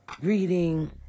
reading